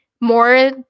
more